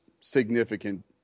significant